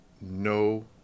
no